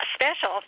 special